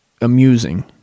amusing